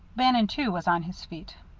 bannon, too, was on his feet.